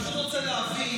אני פשוט רוצה להבין,